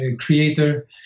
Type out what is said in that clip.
Creator